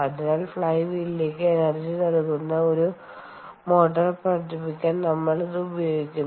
അതിനാൽ ഫ്ലൈ വീലിലേക്ക് എനർജി നൽകുന്ന ഒരു മോട്ടോർ പ്രവർത്തിപ്പിക്കാൻ നമ്മൾ ഇത് ഉപയോഗിക്കുന്നു